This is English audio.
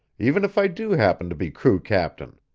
even if i do happen to be crew captain?